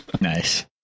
Nice